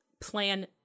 plan